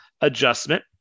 adjustment